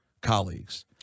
colleagues